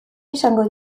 esango